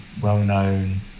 well-known